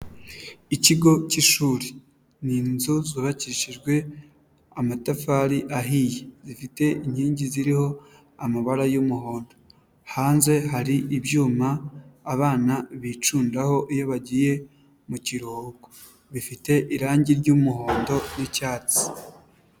Ikigo cy'ishuri, n'inzu zubakishijwe amatafari ahiye, zifite inkingi ziriho amabara y'umuhondo, hanze hari ibyuma abana bicundaho iyo bagiye mu kiruhuko, bifite irangi ry'umuhondo n'icyatsi.